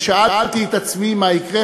ושאלתי את עצמי מה יקרה,